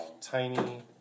tiny